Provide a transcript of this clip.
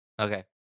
Okay